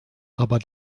aber